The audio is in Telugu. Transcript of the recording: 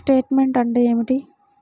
స్టేట్మెంట్ అంటే ఏమిటి?